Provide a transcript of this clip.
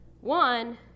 one